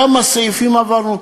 כמה סעיפים עברנו,